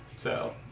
so